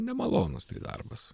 nemalonus tai darbas